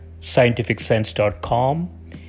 scientificsense.com